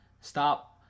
stop